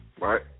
Right